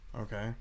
Okay